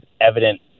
evident